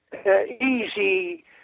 easy